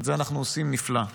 את זה אנחנו עושים נפלא.